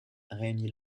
réunit